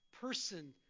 person